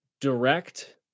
Direct